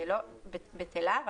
בטלה.